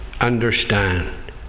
understand